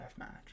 deathmatch